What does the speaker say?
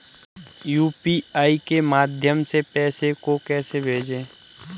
UPI के माध्यम से पैसे को कैसे भेजें?